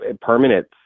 permanent